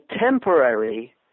temporary